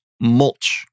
mulch